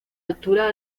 altura